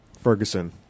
Ferguson